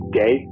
day